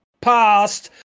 past